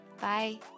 Bye